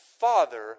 father